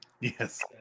Yes